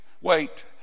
wait